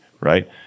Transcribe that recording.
right